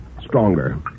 stronger